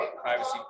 privacy